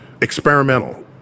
Experimental